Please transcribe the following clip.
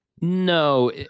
No